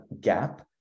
gap